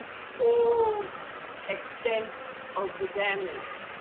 full extent of the damage